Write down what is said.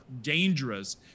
dangerous